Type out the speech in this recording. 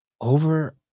over